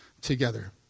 together